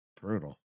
Brutal